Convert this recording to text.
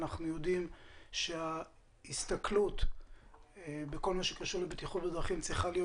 אנחנו יודעים שההסתכלות בכל מה שקשור לבטיחות בדרכים צריכה להיות